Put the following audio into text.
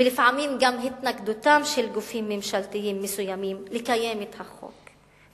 ולפעמים גם התנגדותם של גופים ממשלתיים מסוימים לקיים את החוק,